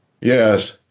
Yes